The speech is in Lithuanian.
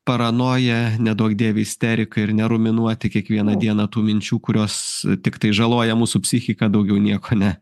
paranoja neduok dieve isterika ir neruminuoti kiekvieną dieną tų minčių kurios tiktai žaloja mūsų psichiką daugiau nieko ne